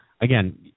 again